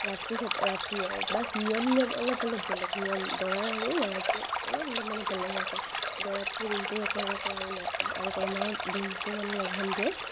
ৰাতি ক্ষেত্ৰ ৰাতি আৰু বাচ নিয়ম নিয়ম অলপ অলপ বেলেগ নিয়ম দৰাৰ আৰু ল'ৰাটোৰ অলপ অলপ মানে বেলেগ থাকে দৰাটো দিনটো ৰখাই থাকে আৰু ন আৰু কইনাও দিনটো মানে লঘোণ দিয়ে